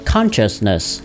Consciousness